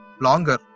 longer